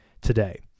today